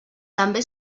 també